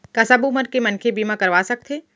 का सब उमर के मनखे बीमा करवा सकथे?